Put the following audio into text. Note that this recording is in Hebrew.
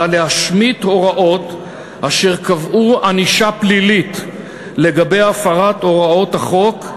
להשמיט הוראות אשר קבעו ענישה פלילית על הפרת הוראות החוק,